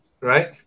Right